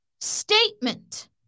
statement